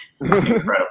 Incredible